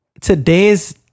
Today's